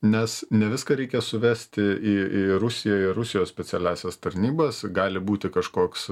nes ne viską reikia suvesti į į rusiją ir rusijos specialiąsias tarnybas gali būti kažkoks